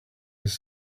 his